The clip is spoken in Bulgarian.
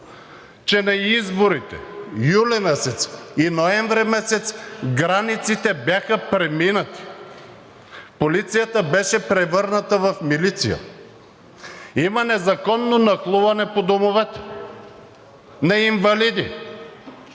че на изборите през месец юли и месец ноември границите бяха преминати – полицията беше превърната в милиция! Има незаконно нахлуване по домовете на инвалиди,